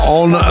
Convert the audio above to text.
on